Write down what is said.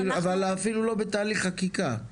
אבל אפילו לא בתהליך חקיקה.